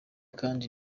kandi